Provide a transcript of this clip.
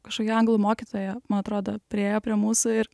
kažkokia anglų mokytoja man atrodo priėjo prie mūsų ir